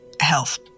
health